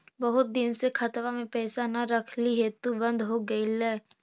बहुत दिन से खतबा में पैसा न रखली हेतू बन्द हो गेलैय?